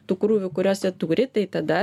tų krūvių kuriuos jie turi tai tada